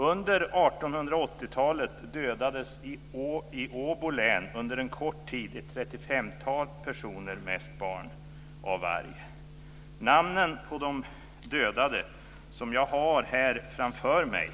Under 1880-talet dödades i Åbo län under kort tid ett 35-tal personer, mest barn, av varg. Namnen på de dödade har jag här framför mig.